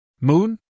Moon